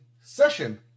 session